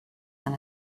than